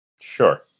Sure